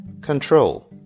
Control